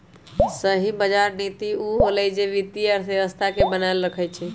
सही बजार नीति उ होअलई जे वित्तीय अर्थव्यवस्था के बनाएल रखई छई